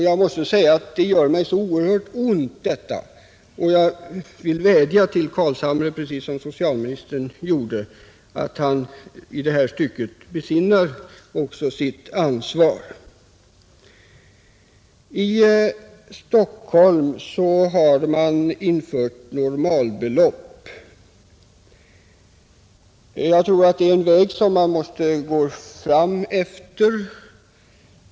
Jag måste säga att detta gör mig så oerhört ont, och jag vill vädja till herr Carlshamre, precis som socialministern gjorde, att han i det här stycket besinnar sitt ansvar, I Stockholm har normalbelopp införts, och jag tror att det är en väg som man måste gå fram efter.